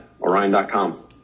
orion.com